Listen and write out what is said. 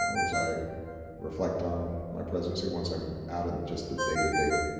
as i reflect on my presidency, once i'm out of just the day-to-day